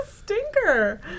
Stinker